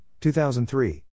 2003